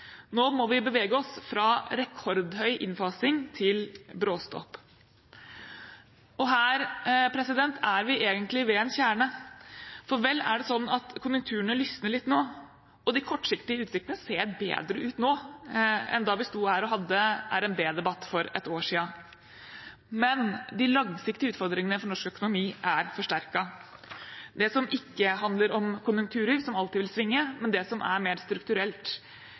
Nå må vi bevege oss fra rekordhøy innfasing til bråstopp. Og her er vi egentlig ved en kjerne. For vel er det sånn at konjunkturene lysner litt og de kortsiktige utsiktene er bedre nå enn da vi sto her og hadde RNB-debatt for et år siden. Men de langsiktige utfordringene for norsk økonomi er forsterket – ikke det som handler om konjunkturer, og som alltid vil svinge, men det som er mer strukturelt.